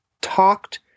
talked